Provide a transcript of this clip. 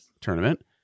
tournament